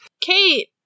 Kate